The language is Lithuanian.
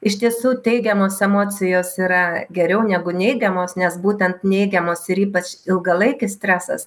iš tiesų teigiamos emocijos yra geriau negu neigiamos nes būtent neigiamos ir ypač ilgalaikis stresas